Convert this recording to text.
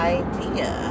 idea